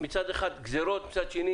מצד אחד גזירות מצד שני